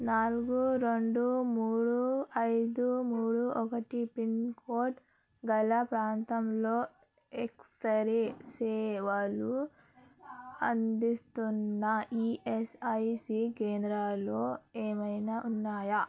నాలుగు రెండు మూడు ఐదు మూడు ఒకటి పిన్ కోడ్ గల ప్రాంతంలో ఎక్సరే సేవలు అందిస్తున్న ఈఎస్ఐసీ కేంద్రాల్లో ఏమైనా ఉన్నాయా